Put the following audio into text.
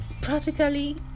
practically